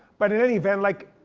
but in any event like